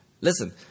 Listen